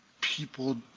people